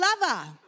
lover